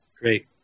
great